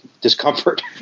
discomfort